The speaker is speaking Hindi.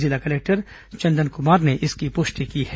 जिला कलेक्टर चंदन कुमार ने इसकी पृष्टि की है